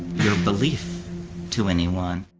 your belief to anyone.